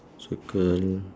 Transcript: circle